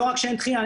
לא רק שאין דחייה,